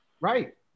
right